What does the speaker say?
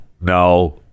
no